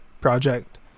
project